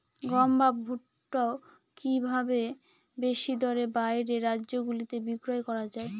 গম বা ভুট্ট কি ভাবে বেশি দরে বাইরের রাজ্যগুলিতে বিক্রয় করা য়ায়?